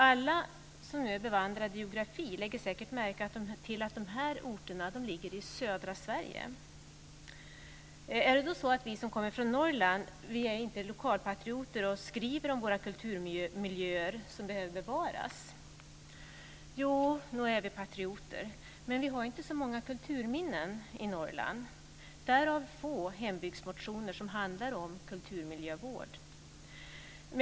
Alla som är bevandrade i geografi lägger säkert märke till att de här orterna ligger i södra Sverige. Är då inte vi som kommer från Norrland lokalpatrioter, och skriver vi inte om våra kulturmiljöer som behöver bevaras? Jo, nog är vi patrioter, men vi har inte så många kulturminnen i Norrland. Därav är det få hembygdsmotioner som handlar om kulturmiljövård.